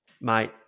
mate